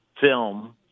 film